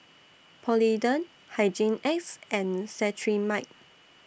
Polident Hygin X and Cetrimide